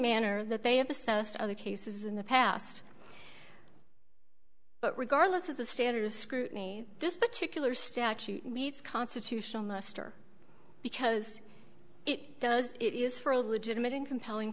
manner that they have assessed other cases in the past but regardless of the standard of scrutiny this particular statute meets constitutional muster because it does it is for a legitimate and compelling